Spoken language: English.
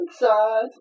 inside